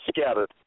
scattered